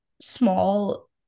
small